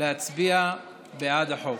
להצביע בעד החוק.